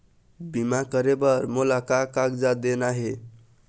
बीमा करे बर मोला का कागजात देना हे?